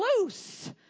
loose